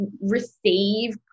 receive